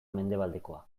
mendebaldekoa